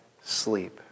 sleep